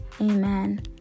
amen